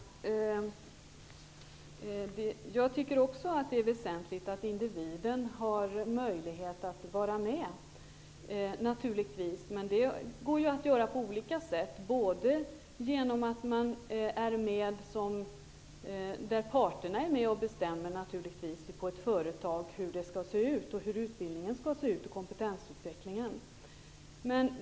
Fru talman! Också jag tycker naturligtvis att det är väsentligt att individen får möjlighet att vara med, men det kan ske på olika sätt, t.ex. genom att parterna på ett företag får vara med om att bestämma om hur utbildningen och kompetensutvecklingen skall se ut.